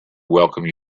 welcome